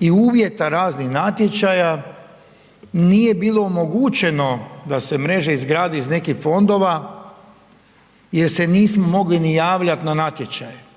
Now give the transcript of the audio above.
i uvjeta raznih natječaja nije bilo omogućeno da se mreža izgradi iz nekih fondova jer se nismo mogli ni javljat na natječaj,